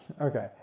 Okay